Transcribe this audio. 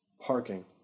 Parking